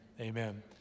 Amen